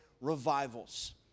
revivals